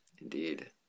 Indeed